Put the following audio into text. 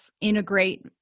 integrate